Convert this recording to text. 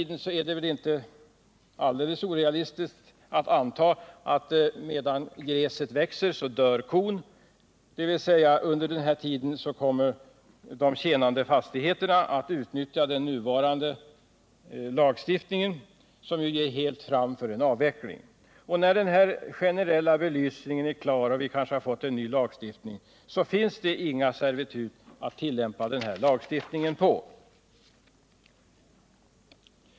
Det är väl inte alldeles orealistiskt att anta att medan gräset växer dör kon — dvs. under tiden kommer de tjänande fastigheterna att utnyttja nuvarande lagstiftning, som ju ger fritt fram för en avveckling. Och när den generella belysningen är klar och vi kanske har fått en ny lagstiftning, finns det inga servitut att tillämpa lagstiftningen på.